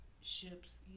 ships